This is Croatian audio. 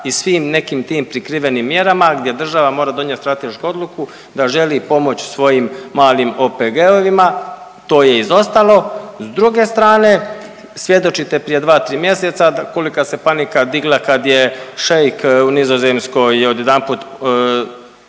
i svim nekim tim prikrivenim mjerama gdje država mora donijet stratešku odluku da želi pomoć svojim malim OPG-ovima to je izostalo. S druge strane svjedočite prije dva, tri mjeseca kolika se panika digla kad je šeik u Nizozemskoj odjedanput